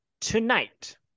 tonight